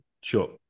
Sure